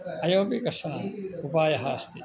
अयमपि कश्चन उपायः अस्ति